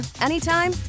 anytime